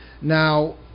Now